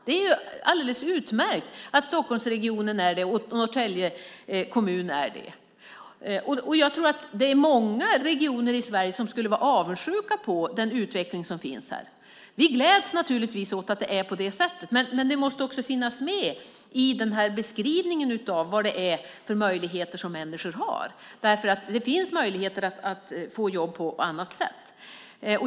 Det är alldeles utmärkt att Stockholmsregionen och Norrtälje kommun är det. Det är många regioner i Sverige som skulle vara avundsjuka på den utveckling som sker här. Vi gläds naturligtvis åt att det är på det sättet, men det måste också finnas med i beskrivningen av vad det är för möjligheter som människor har. Det finns möjligheter att få jobb på annat sätt.